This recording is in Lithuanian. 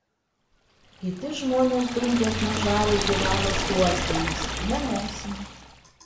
kiti žmonės dulkes nuo žaliuzių valo šluostėmis ne nosim